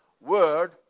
word